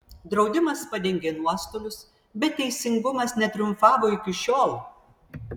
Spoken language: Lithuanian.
draudimas padengė nuostolius bet teisingumas netriumfavo iki šiol